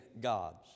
gods